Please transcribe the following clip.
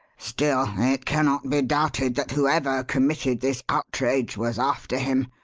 still, it cannot be doubted that whoever committed this outrage was after him,